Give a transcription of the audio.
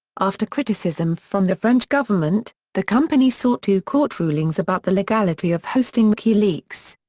after criticism from the french government, the company sought two court rulings about the legality of hosting wikileaks.